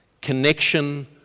connection